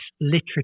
literature